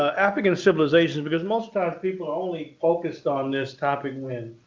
ah african civilization because most times people only focused on this topic when?